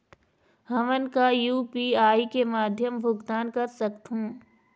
हमन का यू.पी.आई के माध्यम भुगतान कर सकथों?